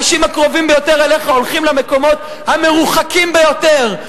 האנשים הקרובים ביותר אליך הולכים למקומות הרחוקים ביותר.